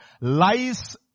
lies